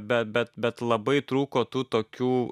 bet bet bet labai trūko tų tokių